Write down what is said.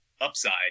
upside